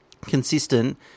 consistent